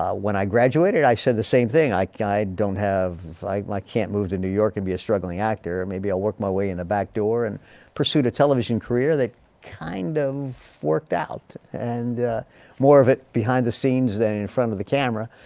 when i graduated i said the same thing i like i don't have, i like can't move to new york and be a struggling actor maybe i'll work my way in the back door and pursued a television career that kind of worked out and more of it behind the scenes than in front of the camera.